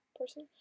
person